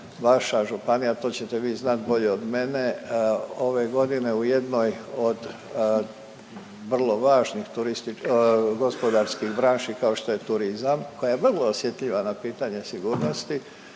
vaša županija, a to ćete vi znati bolje od mene ove godine u jednoj od vrlo važnih turističkih, gospodarskih branši kao što je turizam koja je vrlo osjetljiva na pitanje sigurnosti